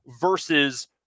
versus